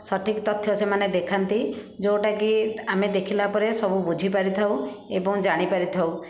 ସଠିକ ତଥ୍ୟ ସେମାନେ ଦେଖାନ୍ତି ଯେଉଁଟାକି ଆମେ ଦେଖିଲା ପରେ ସବୁ ବୁଝିପାରିଥାଉ ଏବଂ ଜାଣି ପାରିଥାଉ